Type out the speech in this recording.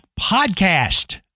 podcast